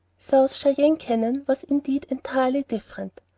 south cheyenne canyon was indeed entirely different.